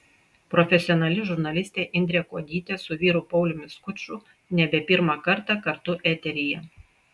profesionali žurnalistė indrė kuodytė su vyru pauliumi skuču nebe pirmą kartą kartu eteryje